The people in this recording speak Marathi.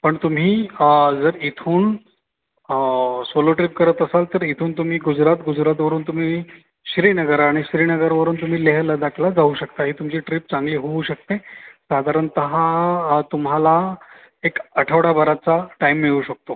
पण तुम्ही जर इथून सोलो ट्रीप करत असाल तर इथून तुम्ही गुजरात गुजरातवरून तुम्ही श्रीनगर आणि श्रीनगरवरून तुम्ही लेह लडाखला जाऊ शकता ही तुमची ट्रीप चांगली होऊ शकते साधारणतः तुम्हाला एक आठवडाभराचा टाईम मिळू शकतो